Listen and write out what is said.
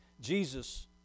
Jesus